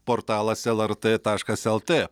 portalas lrt taškas lt